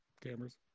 cameras